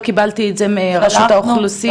לא קיבלתי את זה מרשות האוכלוסין.